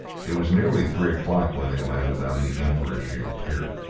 it was nearly three o'clock when they landed on the inverashiel pier.